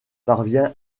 parvient